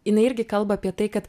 jinai irgi kalba apie tai kad